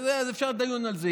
אז אפשר דיון על זה.